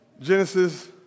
Genesis